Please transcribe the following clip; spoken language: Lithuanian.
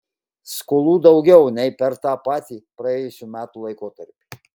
skolų daugiau nei per tą patį praėjusių metų laikotarpį